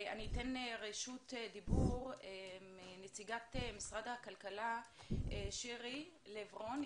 אני אתן רשות דיבור לנציגת משרד הכלכלה לשירי לב רן.